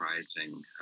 surprising